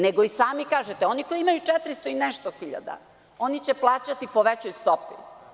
Nego, i sami kažete – oni koji imaju 400 i nešto hiljada oni će plaćati po većoj stopi.